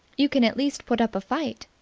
you can at least put up a fight.